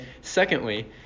secondly